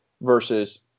versus